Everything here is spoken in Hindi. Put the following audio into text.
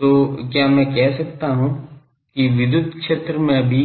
तो क्या मैं कह सकता हूं कि विद्युत क्षेत्र में भी